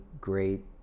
great